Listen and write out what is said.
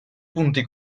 punti